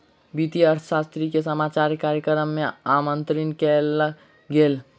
वित्तीय अर्थशास्त्री के समाचार कार्यक्रम में आमंत्रित कयल गेल